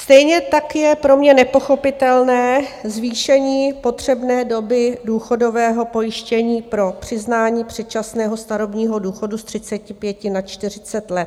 Stejně tak je pro mě nepochopitelné zvýšení potřebné doby důchodového pojištění pro přiznání předčasného starobního důchodu z 35 na 40 let.